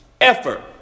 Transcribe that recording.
effort